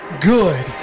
good